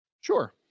Sure